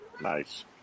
Nice